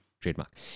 trademark